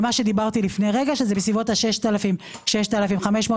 לשכר של 6,500,